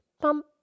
Pump